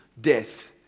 death